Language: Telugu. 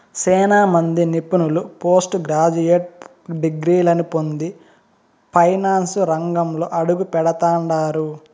సేనా మంది నిపుణులు పోస్టు గ్రాడ్యుయేట్ డిగ్రీలని పొంది ఫైనాన్సు రంగంలో అడుగుపెడతండారు